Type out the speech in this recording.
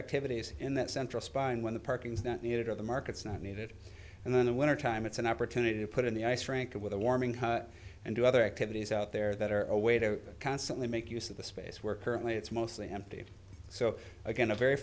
activities in that central spine when the park is not needed or the market's not needed and then the winter time it's an opportunity to put in the ice frankly with the warming and do other activities out there that are a way to constantly make use of the space where currently it's mostly empty so again a very